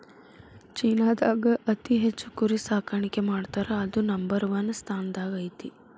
ಚೇನಾದಾಗ ಅತಿ ಹೆಚ್ಚ್ ಕುರಿ ಸಾಕಾಣಿಕೆ ಮಾಡ್ತಾರಾ ಅದು ನಂಬರ್ ಒನ್ ಸ್ಥಾನದಾಗ ಐತಿ